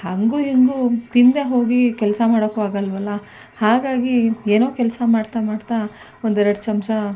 ಹಂಗೂ ಹಿಂಗೂ ತಿಂದೆ ಹೋಗಿ ಕೆಲಸ ಮಾಡೋಕ್ಕೂ ಆಗೋಲ್ವಲ್ಲ ಹಾಗಾಗಿ ಏನೋ ಕೆಲಸ ಮಾಡ್ತಾ ಮಾಡ್ತಾ ಒಂದೆರಡು ಚಮಚ